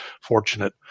fortunate